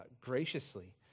graciously